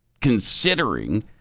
considering